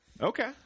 Okay